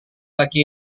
laki